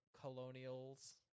colonials